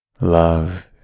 love